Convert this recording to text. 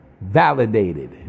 validated